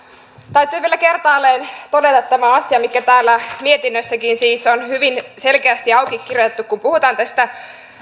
täytyy vielä kertaalleen todeta tämä asia mikä täällä mietinnössäkin siis on hyvin selkeästi auki kirjoitettu kun puhutaan tästä